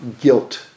guilt